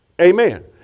Amen